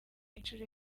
inshuro